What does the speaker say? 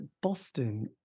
Boston